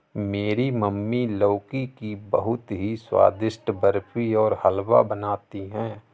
मेरी मम्मी लौकी की बहुत ही स्वादिष्ट बर्फी और हलवा बनाती है